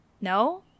no